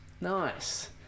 Nice